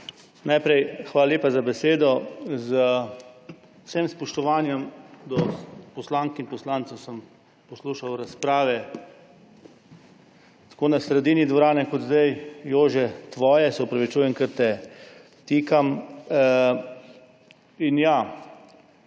Najprej hvala lepa za besedo. Z vsem spoštovanjem do poslank in poslancev sem poslušal razprave tako na sredini dvorane, kot zdaj, Jože, tvoje, se opravičujem, ker te tikam. Jaz